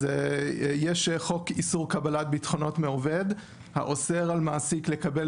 יש חוק איסור קבלת בטחונות מהעובד האוסר על המעסיק לקבל